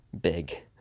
Big